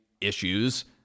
issues